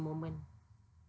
moment